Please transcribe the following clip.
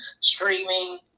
streaming